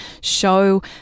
show